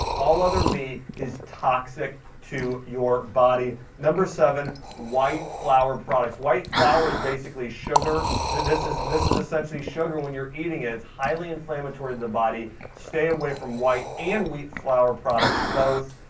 all other meat is toxic to your body. number seven, white flour products. white flour is basically sugar. this is this is essentially sugar when you're eating it. it's highly inflammatory in the body, stay away from white and wheat flour products both.